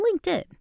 LinkedIn